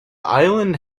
island